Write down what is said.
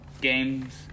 games